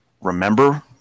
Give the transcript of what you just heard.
remember